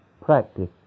practice